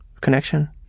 connection